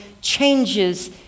changes